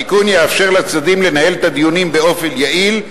התיקון יאפשר לצדדים לנהל את הדיונים באופן יעיל,